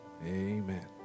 Amen